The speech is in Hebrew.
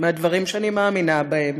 מהדברים שאני מאמינה בהם,